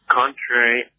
contrary